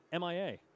MIA